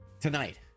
tonight